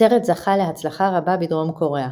הסרט זכה להצלחה רבה בדרום קוריאה.